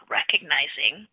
recognizing